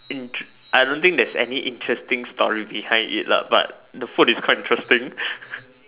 interest I don't think there's any interesting story behind it lah but the food is quite interesting